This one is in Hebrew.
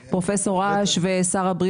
זה בהחלט באג'נדה של פרופסור אש ושל שר הבריאות.